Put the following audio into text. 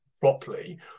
properly